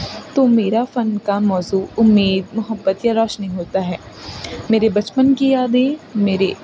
تو میرا فن کا موضوع امید محبت یا روشنی ہوتا ہے میرے بچپن کی یادیں میرے